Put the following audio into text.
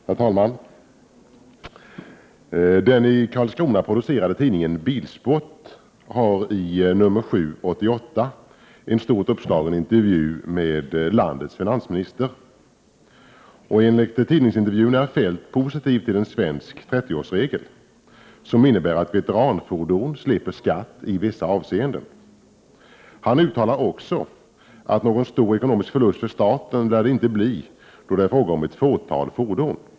Herr talman! Den i Karlskrona producerade tidningen Bilsport har i nr 7 år 1988 en stort uppslagen intervju med landets finansminister. Enligt tidningsintervjun är Feldt positiv till en svensk 30-årsregel, som innebär att veteranfordon slipper skatt i vissa avseenden. Han uttalade också att det inte lär bli fråga om någon stor ekonomisk förlust för staten, eftersom det endast — Prot. 1988/89:110 är fråga om ett fåtal fordon.